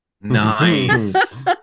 nice